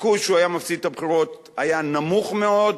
הסיכוי שהוא היה מפסיד בבחירות היה נמוך מאוד,